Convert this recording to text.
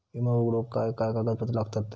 विमो उघडूक काय काय कागदपत्र लागतत?